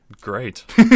Great